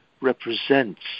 represents